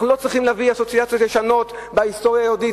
אנחנו לא צריכים להביא אסוציאציות ישנות מההיסטוריה היהודית.